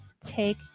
take